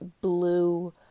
blue